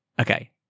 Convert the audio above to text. Okay